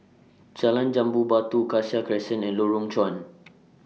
Jalan Jambu Batu Cassia Crescent and Lorong Chuan